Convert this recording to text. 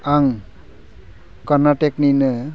आं कर्नाटकनिनो